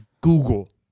google